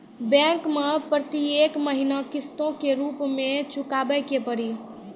Bank मैं प्रेतियेक महीना किस्तो के रूप मे चुकाबै के पड़ी?